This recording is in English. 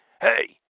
Hey